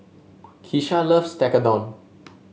Kisha loves Tekkadon